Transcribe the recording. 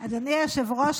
אדוני היושב-ראש,